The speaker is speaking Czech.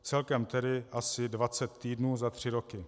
Celkem tedy asi 20 týdnů za tři roky.